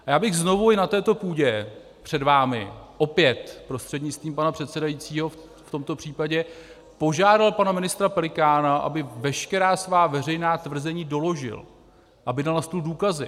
A já bych znovu i na této půdě před vámi opět prostřednictvím pana předsedajícího v tomto případě požádal pana ministra Pelikána, aby veškerá svá veřejná tvrzení doložil, aby dal na stůl důkazy.